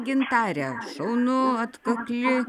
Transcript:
gintarė šaunu atkakli